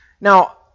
Now